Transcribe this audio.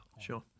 Sure